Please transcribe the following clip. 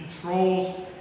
controls